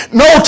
no